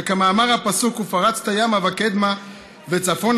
וכמאמר הפסוק "ופרצת ימה וקדמה וצפֹנה